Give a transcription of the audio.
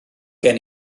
gen